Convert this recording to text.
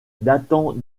datant